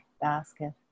basket